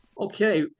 Okay